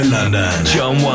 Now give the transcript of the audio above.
John